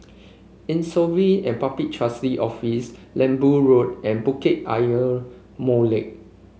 Insolvency and Public Trustee Office Lembu Road and Bukit Ayer Molek